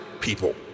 people